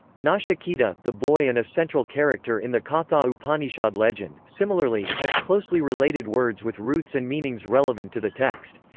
nachiketa, the boy and a central character in the katha upanishad legend, similarly, has closely related words with roots and meanings relevant to the text.